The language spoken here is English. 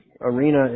arena